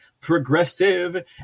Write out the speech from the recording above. progressive